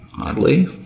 oddly